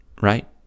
right